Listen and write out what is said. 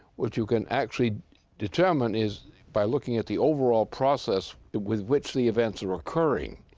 what you can actually determine is by looking at the overall process with which the events are occurring,